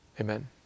Amen